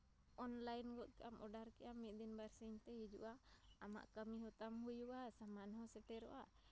online ᱜᱚᱫ ᱠᱟᱜᱼᱟᱢ order ᱠᱮᱫᱼᱟᱢ ᱢᱤᱫ ᱫᱤᱱ ᱵᱟᱨ ᱥᱤᱧ ᱛᱮ ᱦᱤᱡᱩᱜᱼᱟ ᱟᱢᱟᱜ ᱠᱟᱹᱢᱤ ᱦᱚᱸᱛᱟᱢ ᱦᱩᱭᱩᱜᱼᱟ ᱥᱟᱢᱟᱱ ᱦᱚᱸ ᱥᱮᱴᱮᱨᱚᱜᱼᱟ